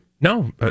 No